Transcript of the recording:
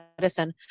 medicine